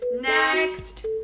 Next